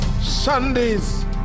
Sunday's